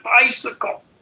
bicycle